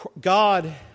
God